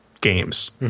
games